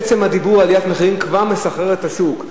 עצם הדיבור על עליית מחירים כבר מסחרר את השוק.